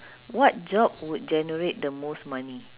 what job would generate the most money